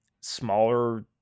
smaller